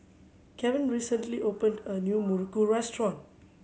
Kavon recently opened a new muruku restaurant